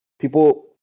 People